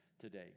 today